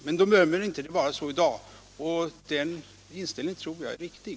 Men man bedömer inte läget så i Israel i dag, och den inställningen tror jag är viktig.